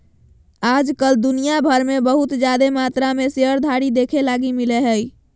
आज कल दुनिया भर मे बहुत जादे मात्रा मे शेयरधारी देखे लगी मिलो हय